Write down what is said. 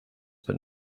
but